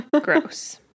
Gross